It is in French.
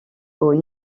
aux